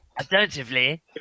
Alternatively